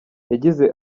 yagize